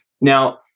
Now